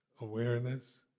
Awareness